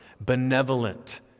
benevolent